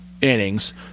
innings